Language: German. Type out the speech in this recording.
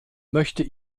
möchte